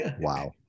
wow